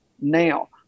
now